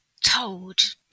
told